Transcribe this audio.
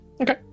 Okay